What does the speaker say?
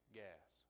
gas